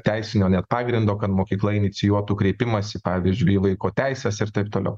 teisinio net pagrindo kad mokykla inicijuotų kreipimąsi pavyzdžiui į vaiko teises ir taip toliau